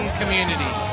community